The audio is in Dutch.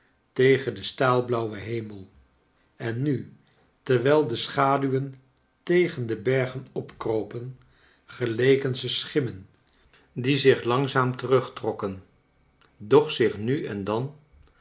tegen den staalblauwen hemel en nu terwijl de schaduwen tegen de bergen opkropen geleken ze schimmen die zich langzaam terugtrokken doch zich nu en dan